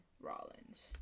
rollins